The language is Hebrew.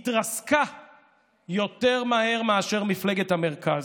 התרסקה יותר מהר מאשר מפלגת המרכז.